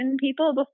people